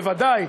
בוודאי,